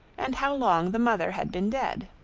and how long the mother had been dead.